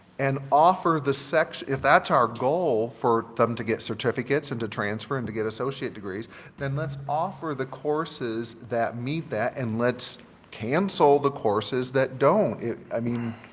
and offer the section if that's our goal for them to get certificates and to transfer and to get associate degrees then let's offer the courses that meet that and let's cancel the courses that don't. i mean